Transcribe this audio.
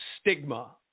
Stigma